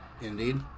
Indeed